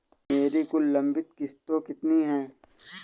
मेरी कुल लंबित किश्तों कितनी हैं?